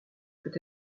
peut